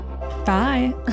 Bye